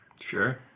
Sure